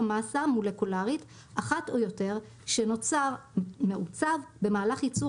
מאסה מולקולרית אחת או יותר שנוצר (מעוצב) במהלך ייצור